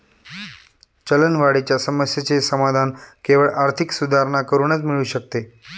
चलनवाढीच्या समस्येचे समाधान केवळ आर्थिक सुधारणा करूनच मिळू शकते